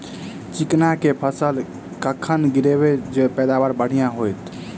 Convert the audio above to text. चिकना कऽ फसल कखन गिरैब जँ पैदावार बढ़िया होइत?